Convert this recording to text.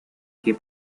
que